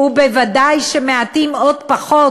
וודאי שמעטים עוד פחות